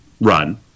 run